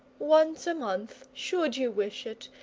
once a month, should you wish it,